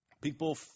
People